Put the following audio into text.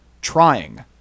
trying